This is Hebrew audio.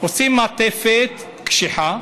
עושים מעטפת קשיחה,